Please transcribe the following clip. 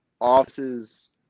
offices